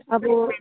हजुर